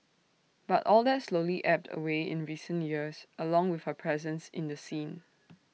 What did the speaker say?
but all that slowly ebbed away in recent years along with her presence in the scene